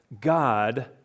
God